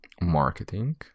marketing